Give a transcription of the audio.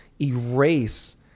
erase